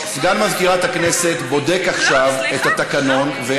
סגן מזכירת הכנסת בודק עכשיו את התקנון.